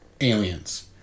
aliens